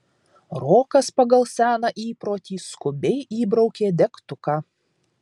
rokas pagal seną įprotį skubiai įbraukė degtuką